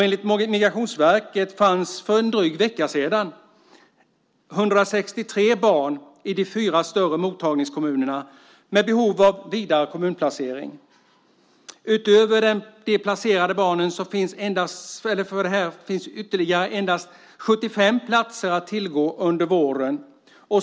Enligt Migrationsverket fanns för en dryg vecka sedan 163 barn i de fyra större mottagningskommunerna med behov av vidare kommunplacering. Utöver redan placerade barn finns endast ytterligare 75 platser att tillgå under våren.